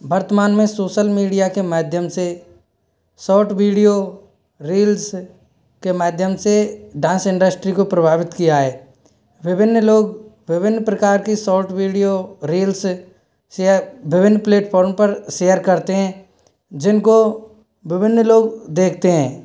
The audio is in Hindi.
वर्तमान में सोशल मीडिया के माध्यम से सोर्ट वीडियो रिल्स के माध्यम से डांस इंडस्ट्री को प्रभावित किया है विभिन्न लोग विभिन्न प्रकार की शॉर्ट वीडियो रिल्स सेयर विभिन्न प्लेटफार्म पर सेयर करते हैं जिनको विभिन्न लोग देखते हैं